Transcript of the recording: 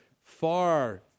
far